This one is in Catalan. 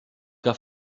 que